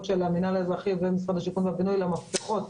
של המינהל האזרחי ומשרד הבינוי והשיכון למפתחות,